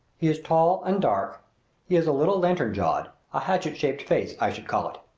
he is tall and dark he is a little lantern-jawed a hatchet-shaped face, i should call it.